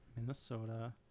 Minnesota